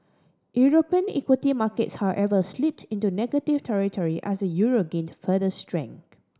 European equity markets however slipped into negative territory as the euro gained further strength